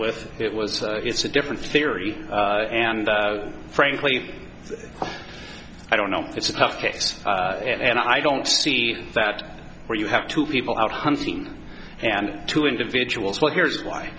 with it was so it's a different theory and frankly i don't know it's a tough case and i don't see that where you have two people out hunting and two individuals well here's why